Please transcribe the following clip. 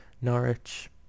Norwich